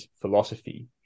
philosophy